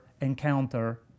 encounter